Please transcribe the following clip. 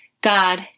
God